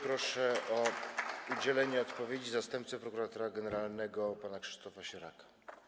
Proszę o udzielenie odpowiedzi zastępcę prokuratora generalnego pana Krzysztofa Sieraka.